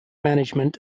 management